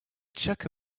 chukka